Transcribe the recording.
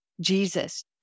Jesus